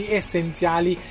essenziali